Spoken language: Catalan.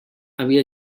havia